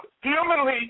Humanly